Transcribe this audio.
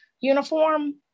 uniform